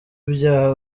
ibyaha